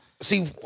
See